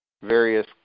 various